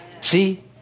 See